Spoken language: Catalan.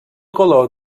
color